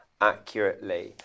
accurately